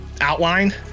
outline